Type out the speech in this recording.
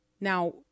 now